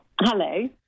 Hello